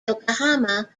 yokohama